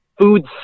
food